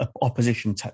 opposition